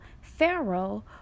Pharaoh